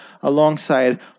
alongside